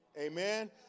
Amen